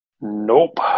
Nope